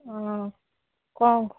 অঁ ক'ম